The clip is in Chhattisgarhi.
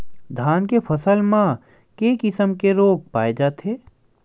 धान के फसल म के किसम के रोग पाय जाथे?